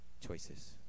Choices